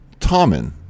Tommen